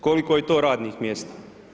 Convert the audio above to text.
Koliko je to radnih mjesta?